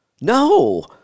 no